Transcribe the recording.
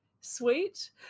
sweet